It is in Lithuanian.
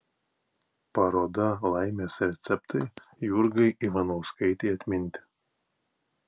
paroda laimės receptai jurgai ivanauskaitei atminti